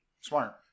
Smart